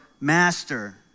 master